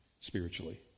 spiritually